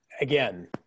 again